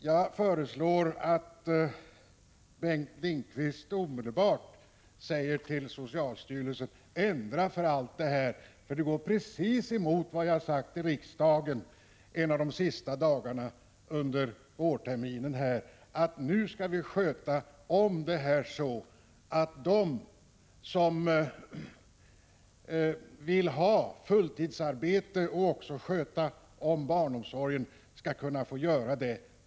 Jag föreslår att Bengt Lindqvist omedelbart säger till socialstyrelsen: Ändra för allt i världen ert meddelande, för det går precis tvärtemot vad jag har sagt i riksdagen en av de sista dagarna under vårterminen! Nu skall vi hantera denna fråga så, att de som vill ha fulltidsarbete och också sköta om barnomsorgen skall kunna få göra det.